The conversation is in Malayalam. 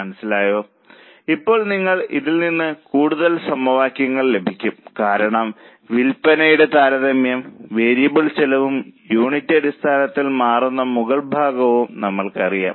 മനസ്സിലായോ ഇപ്പോൾ നിങ്ങൾക്ക് ഇതിൽ നിന്ന് കൂടുതൽ സമവാക്യങ്ങൾ ലഭിക്കും കാരണം വിൽപ്പനയുടെ താരതമ്യവും വേരിയബിൾ ചെലവും യൂണിറ്റ് അടിസ്ഥാനത്തിൽ മാറുന്ന മുകൾ ഭാഗവും നമ്മൾക്കറിയാം